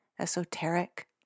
esoteric